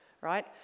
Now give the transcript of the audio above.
right